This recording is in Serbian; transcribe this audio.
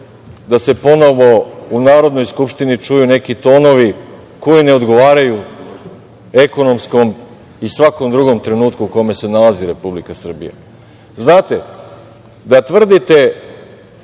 da se ponovo u Narodnoj skupštini čuju neki tonovi koji ne odgovaraju ekonomskom i svakom drugom trenutku u kome se nalazi Republika Srbija. Znate, da tvrdite